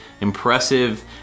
impressive